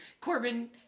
Corbin